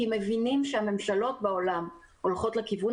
כי מבינים שהממשלות בעולם הולכות לכיוון